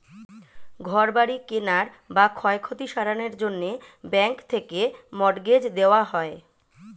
ঘর বাড়ি কেনার বা ক্ষয়ক্ষতি সারানোর জন্যে ব্যাঙ্ক থেকে মর্টগেজ দেওয়া হয়